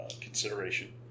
consideration